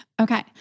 Okay